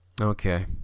Okay